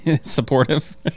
supportive